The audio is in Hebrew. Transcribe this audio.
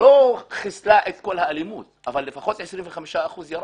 לא חיסלה את כל האלימות אבל לפחות יש ירידה של 25 אחוזים באלימות.